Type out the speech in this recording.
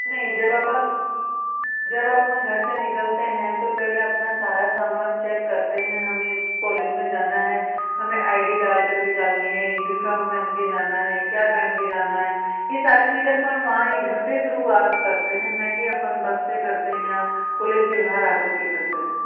नहीं जब हम जब हम घर से निकलते हैं तो पहले अपना सारा सामान चेक करते हैं हमें कॉलेज में जाना है हमें आई डी डाल कर जानी है यूनिफॉर्म पहन के जाना है क्या पहन के जाना है यह सारी चीज़ें हम वहाँ ही घर से शुरुआत करते हैं ना कि हम बस से करते हैं या कॉलेज के बाहर आ कर के करते हैं